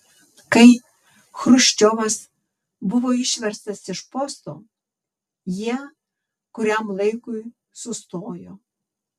kai chruščiovas buvo išverstas iš posto jie kuriam laikui sustojo